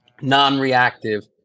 non-reactive